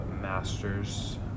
master's